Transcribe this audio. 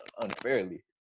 unfairly